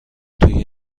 توی